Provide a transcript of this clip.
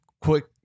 quick